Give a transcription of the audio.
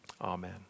Amen